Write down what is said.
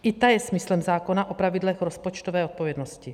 I ta je smyslem zákona o pravidlech rozpočtové odpovědnosti.